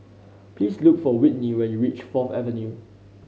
please look for Whitney when you reach Fourth Avenue